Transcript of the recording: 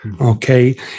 okay